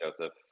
Joseph